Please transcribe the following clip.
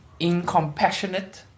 incompassionate